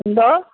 എന്തോ